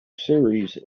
series